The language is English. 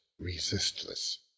resistless